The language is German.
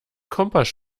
kompass